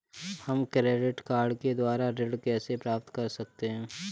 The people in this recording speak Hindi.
हम क्रेडिट कार्ड के द्वारा ऋण कैसे प्राप्त कर सकते हैं?